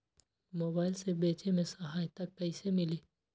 Mobile से बेचे में सहायता कईसे मिली?